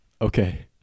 Okay